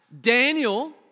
Daniel